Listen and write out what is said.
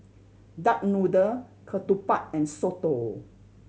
duck noodle ketupat and soto